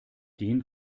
den